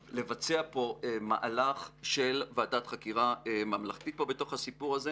לבצע מהלך של ועדת חקירה ממלכתית פה בתוך הסיפור הזה